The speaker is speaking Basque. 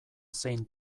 zein